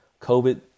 COVID